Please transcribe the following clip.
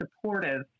supportive